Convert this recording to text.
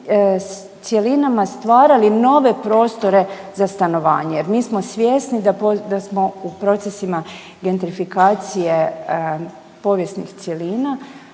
cjelinama stvarali nove prostore za stanovanje jer mi smo svjesni da smo u procesima gentrifikacije povijesnih cjelina